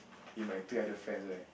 with my three other friends right